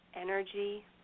energy